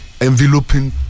enveloping